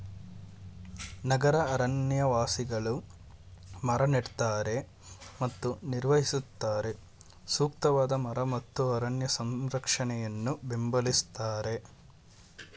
ನಗರ ಅರಣ್ಯವಾಸಿಗಳು ಮರ ನೆಡ್ತಾರೆ ಮತ್ತು ನಿರ್ವಹಿಸುತ್ತಾರೆ ಸೂಕ್ತವಾದ ಮರ ಮತ್ತು ಅರಣ್ಯ ಸಂರಕ್ಷಣೆಯನ್ನು ಬೆಂಬಲಿಸ್ತಾರೆ